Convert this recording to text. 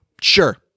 Sure